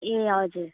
ए हजुर